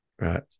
Right